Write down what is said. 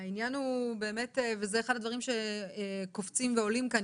העניין הוא, וזה אחד הדברים שקופצים ועולים כאן.